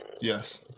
yes